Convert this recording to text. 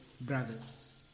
brothers